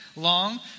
long